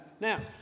Now